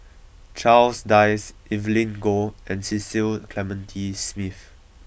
Charles Dyce Evelyn Goh and Cecil Clementi Smith